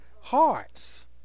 hearts